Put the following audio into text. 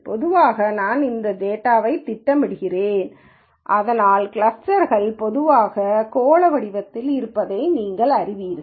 பொதுவாக நான் இந்தத் டேட்டாவைத் திட்டமிடுகிறேன் இதனால் கிளஸ்டர்கள் பொதுவாக கோள வடிவத்தில் இருப்பதை நீங்கள் அறிவீர்கள்